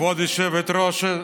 כבוד היושבת-ראש,